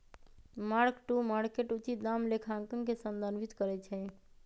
mark to market उचित दाम लेखांकन के संदर्भित करइ छै